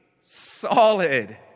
solid